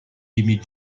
émile